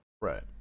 right